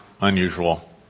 unusual